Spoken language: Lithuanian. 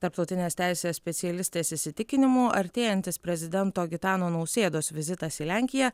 tarptautinės teisės specialistės įsitikinimu artėjantis prezidento gitano nausėdos vizitas į lenkiją